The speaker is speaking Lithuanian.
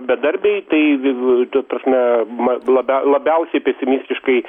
bedarbiai tai viv ta prasme ma labiau labiausiai pesimistiškai